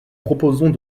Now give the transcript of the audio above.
proposons